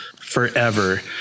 forever